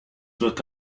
wird